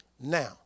now